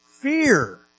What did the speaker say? fear